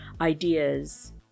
ideas